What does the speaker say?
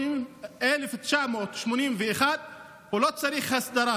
1981 לא צריך הסדרה.